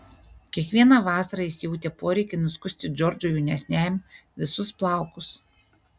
kiekvieną vasarą jis jautė poreikį nuskusti džordžui jaunesniajam visus plaukus